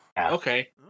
okay